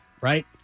right